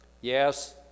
yes